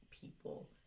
people